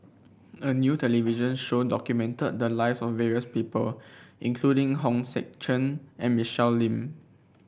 a new television show documented the lives of various people including Hong Sek Chern and Michelle Lim